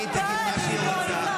אבל חברי הכנסת, היא תגיד מה שהיא רוצה.